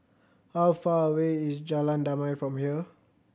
how far away is Jalan Damai from here